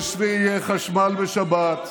יש ויהיה חשמל בשבת,